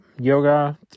yoga